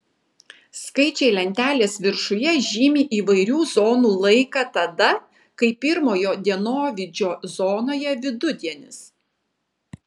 skaičiai lentelės viršuje žymi įvairių zonų laiką tada kai pirmojo dienovidžio zonoje vidudienis